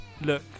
look